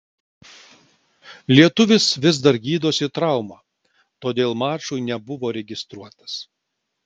lietuvis vis dar gydosi traumą todėl mačui nebuvo registruotas